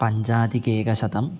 पञ्चाधिकैकशतम्